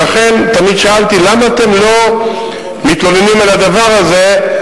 ולכן תמיד שאלתי: למה אתם לא מתלוננים על הדבר הזה?